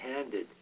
handed